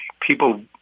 People